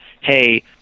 hey